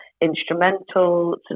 instrumental